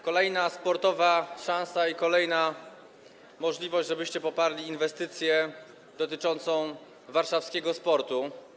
Kolejna sportowa szansa i kolejna możliwość, żebyście poparli inwestycję dotyczącą warszawskiego sportu.